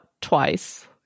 twice